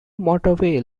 motorway